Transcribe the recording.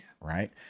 right